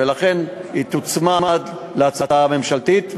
ולכן תוצמד ההצעה להצעה ממשלתית,